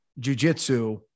jujitsu